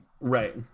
Right